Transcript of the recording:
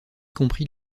compris